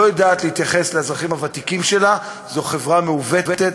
שלא יודעת להתייחס לאזרחים הוותיקים שלה זו חברה מעוותת,